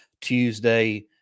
tuesday